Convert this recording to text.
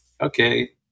okay